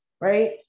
right